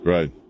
Right